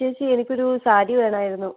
ചേച്ചി എനിക്കൊരു സാരി വേണമായിരുന്നു